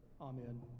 amen